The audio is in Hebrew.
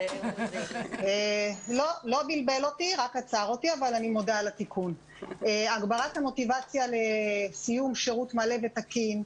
2017. הגברת המוטיבציה לסיום שירות מלא ותקין,